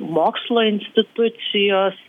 mokslo institucijos